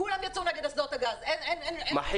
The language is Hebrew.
כולם יצאו נגד אסדות הגז, אין חולק.